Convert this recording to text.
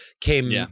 came